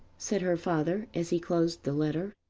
said her father as he closed the letter.